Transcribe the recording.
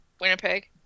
Winnipeg